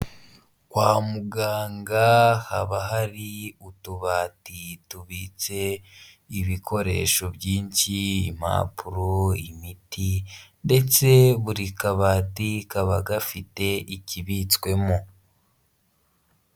Kwa muganga haba hari utubati tubitse ibikoresho byinshi, impapuro, imiti ndetse buri kabati, kaba gafite ikibitswemo.